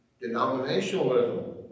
denominationalism